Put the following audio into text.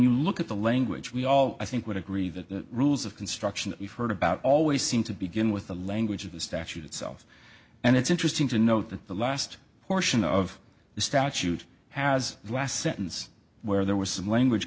you look at the language we all i think would agree that the rules of construction that we've heard about always seem to begin with the language of the statute itself and it's interesting to note that the last portion of the statute has the last sentence where there was some language